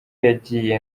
yagiye